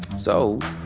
so.